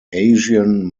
asian